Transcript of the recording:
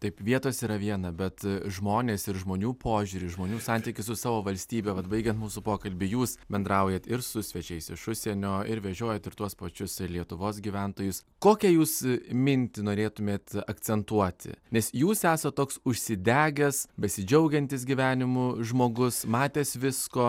taip vietos yra viena bet žmonės ir žmonių požiūrį žmonių santykį su savo valstybe vat baigiant mūsų pokalbį jūs bendraujat ir su svečiais iš užsienio ir vežiojat ir tuos pačius lietuvos gyventojus kokią jūs mintį norėtumėt akcentuoti nes jūs esat toks užsidegęs besidžiaugiantis gyvenimu žmogus matęs visko